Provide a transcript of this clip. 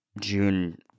June